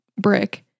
brick